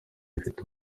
ifite